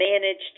managed